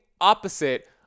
opposite